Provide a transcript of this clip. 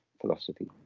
philosophy